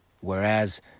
Whereas